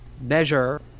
measure